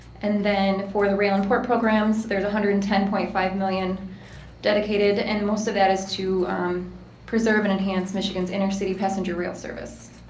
and then for the rail and port programs there's one hundred and ten point five million dedicated and most of that is to preserve and enhance michigan's intercity passenger rail service